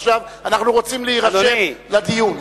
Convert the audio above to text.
עכשיו: אנחנו רוצים להירשם לדיון.